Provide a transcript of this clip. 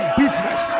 business